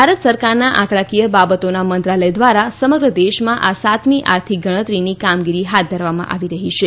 ભારત સરકારના આંકડાકીય બાબતોના મંત્રાલય દ્વારા સમગ્ર દેશમાં આ સાતમી આર્થિક ગણતરીની કામગીરી હાથ ધરવામાં આવી રહી છે